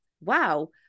wow